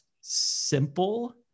simple